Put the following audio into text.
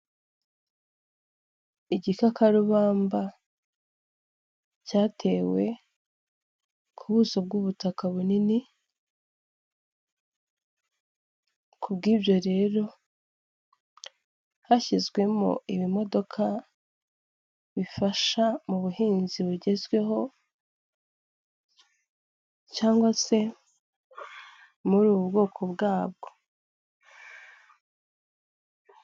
Igikakarubamba cyatewe ku buso bw'ubutaka bunini ku bw'ibyo rero hashyizwemo ibimodoka bifasha mu buhinzi bugezweho cyangwa se muri ubu bwoko bwabwo.